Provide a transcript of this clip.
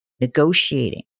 negotiating